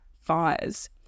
fires